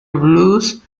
blues